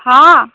हाँ